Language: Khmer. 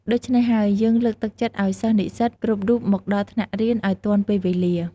ដូច្នេះហើយ យើងលើកទឹកចិត្តឱ្យសិស្សនិស្សិត គ្រប់រូបមកដល់ថ្នាក់រៀន ឱ្យទាន់ពេលវេលា ។